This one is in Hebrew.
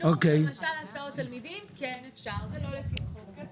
למשל, הסעות תלמידים, כן אפשר, זה לא לפי חוק.